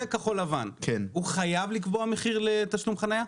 זה כחול לבן, הוא חייב לקבוע מחיר לתשלום חנייה?